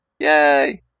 Yay